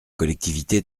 collectivités